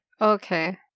Okay